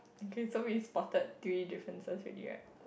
okay so is spotted three differences already right